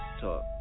talk